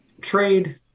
trade